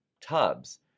tubs